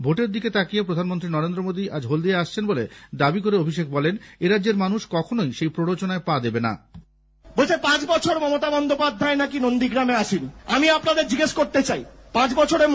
ভোটের দিকে তাকিয়ে প্রধানমন্ত্রী নরেন্দ্র মোদী আজ হলদিয়ায় আসছেন বলে দাবি করে অভিষেক বলেন এরাজ্যের মানুষ কখনই সেই প্ররোচনায় পা দেবে না